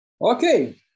Okay